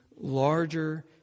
Larger